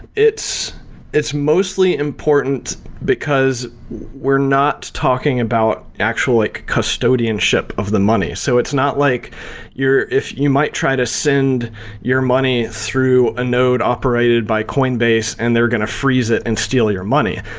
it's it's mostly important because we're not talking about actual like custodianship of the money. so it's not like you're you might try to send your money through a node operated by coinbase and they're going to freeze it and steal your money.